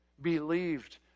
believed